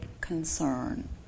concern